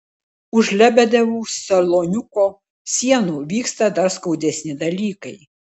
už lebedevų saloniuko sienų vyksta dar skaudesni dalykai